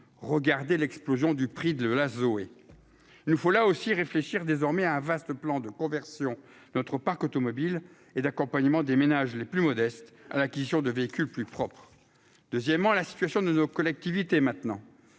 regardez l'explosion du prix de la Zoé nous faut là aussi réfléchir désormais à un vaste plan de conversion notre parc automobile et d'accompagnement des ménages les plus modestes à l'acquisition de véhicules plus propres, deuxièmement, la situation de nos collectivités, maintenant